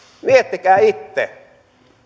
miettikää itse